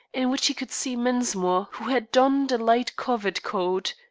in which he could see mensmore, who had donned a light covert coat,